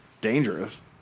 dangerous